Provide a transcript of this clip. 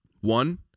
One